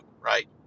right